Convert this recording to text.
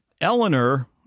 eleanor